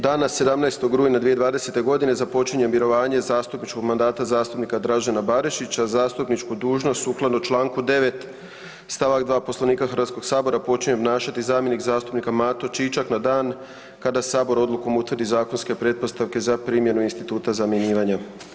Dana 17. rujna 2020. godine započinje mirovanje zastupničkog mandata zastupnika Dražena Barišića, zastupničku dužnost sukladno Članku 9. stavak 2. Poslovnika Hrvatskog sabora počinje obnašati zamjenik zastupnika Mato Čičak na dan kada sabor odlukom utvrdi zakonske pretpostavke za primjenu instituta zamjenjivanja.